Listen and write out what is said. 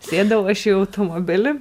sėdau aš į automobilį